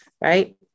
Right